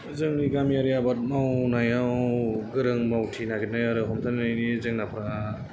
जोंनि गामियारि आबाद मावनायाव गोरों मावथि नागिरनाय आरो हमथानायनि जेंनाफोरा